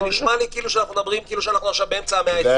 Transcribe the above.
זה נשמע לי שאנחנו מדברים באמצע המאה הקודמת.